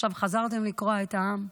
ועכשיו חזרתם לקרוע את העם.